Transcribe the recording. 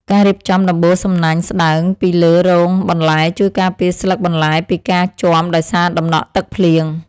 ការរៀបចំដំបូលសំណាញ់ស្តើងពីលើរងបន្លែជួយការពារស្លឹកបន្លែពីការជាំដោយសារតំណក់ទឹកភ្លៀង។